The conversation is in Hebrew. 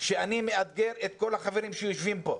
שאני מאתגר את כל החברים שיושבים פה,